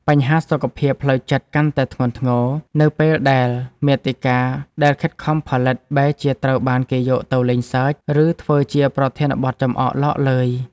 បញ្ហាសុខភាពផ្លូវចិត្តកាន់តែធ្ងន់ធ្ងរ នៅពេលដែលមាតិកាដែលខិតខំផលិត បែរជាត្រូវបានគេយកទៅលេងសើច ឬធ្វើជាប្រធានបទចំអកឡកឡើយ។